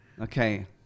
okay